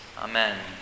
Amen